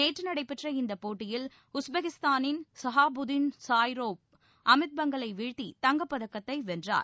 நேற்று நடைபெற்ற இந்தப் போட்டியில் உஸ்பெக்கிஸ்தானின் சஹாபுதின் ஸாய்ரோவ் அமித் பங்கலை வீழ்த்தி தங்கப்பதக்கத்தை வென்றார்